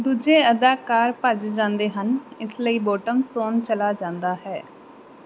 ਦੂਜੇ ਅਦਾਕਾਰ ਭੱਜ ਜਾਂਦੇ ਹਨ ਇਸ ਲਈ ਬੌਟਮ ਸੌਣ ਚਲਾ ਜਾਂਦਾ ਹੈ